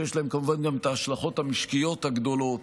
שיש להם כמובן גם את ההשלכות המשקיות הגדולות,